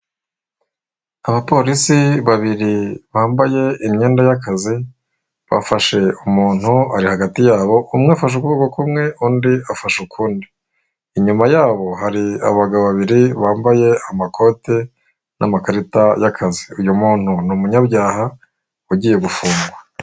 Abapolisi babiri bambaye imyenda y'akazi, bafashe umuntu ari hagati yabo, umwe afashe ukuboko kumwe undi afashe ukundi. Inyuma yabo hari abagabo babiri bambaye amakoti n'amakarita y'akazi. Uyu muntu ni umunyabyaha ugiye gufungwa.